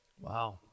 Wow